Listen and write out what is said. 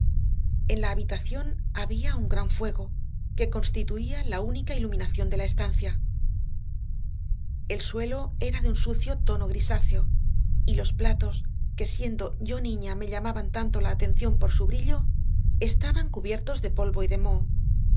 n la habitación había un gran fuego queconstituía la única iluminación dela estancia e lsuelo era deun sucio tono grisáceo y losplatos quesiendo yo niña mellamaban tanto la atención porsu brillo estaban cubiertos de polvo y de